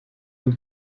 and